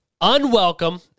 Unwelcome